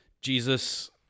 Jesus